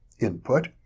input